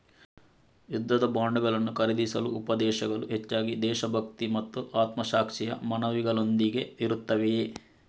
ಯುದ್ಧದ ಬಾಂಡುಗಳನ್ನು ಖರೀದಿಸಲು ಉಪದೇಶಗಳು ಹೆಚ್ಚಾಗಿ ದೇಶಭಕ್ತಿ ಮತ್ತು ಆತ್ಮಸಾಕ್ಷಿಯ ಮನವಿಗಳೊಂದಿಗೆ ಇರುತ್ತವೆ